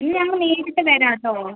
ഇനി ഞങ്ങൾ നേരിട്ട് വരാം കേട്ടോ